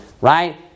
right